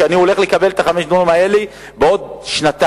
שאני הולך לקבל את 5 הדונמים האלה בעוד שנתיים,